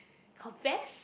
confess